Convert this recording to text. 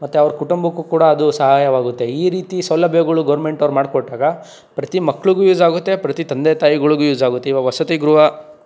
ಮತ್ತೆ ಅವ್ರು ಕುಟುಂಬುಕ್ಕೂ ಕೂಡ ಅದು ಸಹಾಯವಾಗುತ್ತೆ ಈ ರೀತಿ ಸೌಲಭ್ಯಗಳು ಗೌರ್ಮೆಂಟ್ ಅವ್ರು ಮಾಡಿಕೊಟ್ಟಾಗ ಪ್ರತಿ ಮಕ್ಳಿಗೂ ಯೂಸ್ ಆಗುತ್ತೆ ಪ್ರತಿ ತಂದೆ ತಾಯಿಗಳಿಗೂ ಯೂಸ್ ಆಗುತ್ತೆ ಇವಾಗ ವಸತಿ ಗೃಹ